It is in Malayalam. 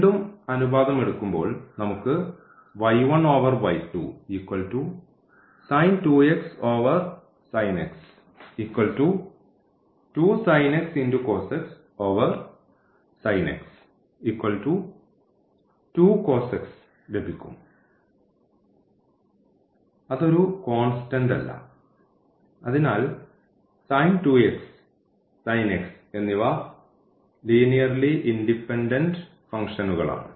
വീണ്ടും അനുപാതം എടുക്കുമ്പോൾ നമുക്ക് ലഭിക്കും അത് ഒരു കോൺസ്റ്റന്റ്ല്ല അതിനാൽ എന്നിവ ലീനിയർലി ഇൻഡിപെൻഡൻറ് ഫംഗ്ഷനുകൾ ആണ്